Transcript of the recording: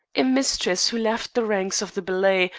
a mistress who left the ranks of the ballet,